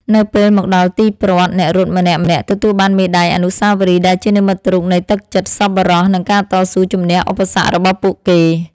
នៅពេលមកដល់ទីព្រ័ត្រ អ្នករត់ម្នាក់ៗទទួលបានមេដាយអនុស្សាវរីយ៍ ដែលជានិមិត្តរូបនៃទឹកចិត្តសប្បុរស និងការតស៊ូជម្នះឧបសគ្គរបស់ពួកគេ។